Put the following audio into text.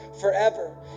forever